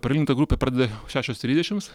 prailginta grupė pradeda šešios trisdešims